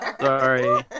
Sorry